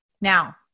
Now